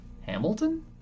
Hamilton